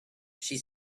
she